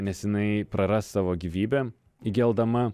nes jinai praras savo gyvybę įgeldama